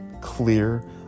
Clear